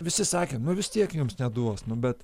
visi sakė nu vis tiek jums neduos nu bet